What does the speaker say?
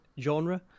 genre